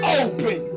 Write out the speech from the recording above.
open